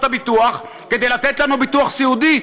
הביטוח כדי לתת לנו ביטוח סיעודי,